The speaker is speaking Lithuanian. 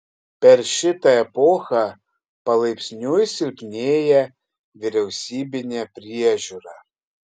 per šitą epochą palaipsniui silpnėja vyriausybinė priežiūra